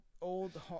old